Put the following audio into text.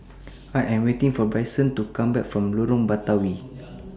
I Am waiting For Bryson to Come Back from Lorong Batawi